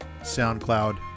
SoundCloud